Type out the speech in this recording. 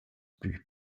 plü